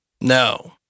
No